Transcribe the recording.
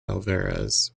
alvarez